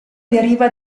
deriva